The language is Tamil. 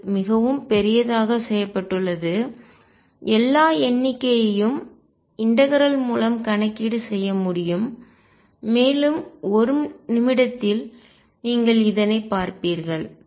இது மிகவும் பெரியதாக செய்யப்பட்டுள்ளது எல்லா எண்ணிக்கையும் இன்டெகரல் ஒருங்கிணைப்பு மூலம் கணக்கீடு செய்ய முடியும் மேலும் ஒரு நிமிடத்தில் நீங்கள் இதனை பார்ப்பீர்கள்